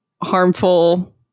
harmful